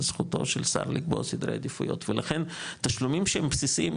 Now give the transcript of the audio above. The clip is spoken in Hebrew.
זה זכותו של שר לקבוע סדרי עדיפויות ולכן תשלומים שהם בסיסיים,